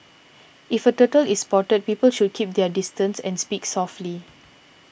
if a turtle is spotted people should keep their distance and speak softly